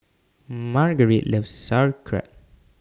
Margarite loves Sauerkraut